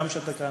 גם על שאתה כאן,